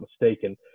mistaken